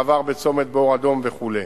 במעבר בצומת באור אדום וכו'.